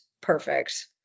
perfect